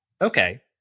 Okay